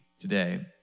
today